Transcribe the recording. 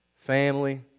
Family